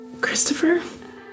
Christopher